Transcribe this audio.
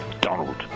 Donald